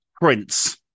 Prince